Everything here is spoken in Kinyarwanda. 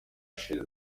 yashize